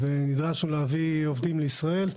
ונדרשנו להביא עובדים לישראל.